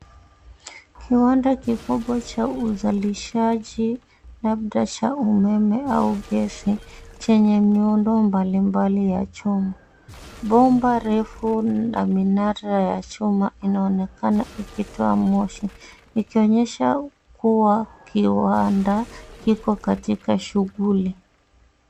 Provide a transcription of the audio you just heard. Kiwanda kikubwa cha uzalishaji labda cha umeme au gesi chenye miundo mbalimbali ya chuma. Bomba refu na minato ya chuma inaonekana ikitoa moshi, ikionyesha kuwa kiwanda kiko katika shughuli.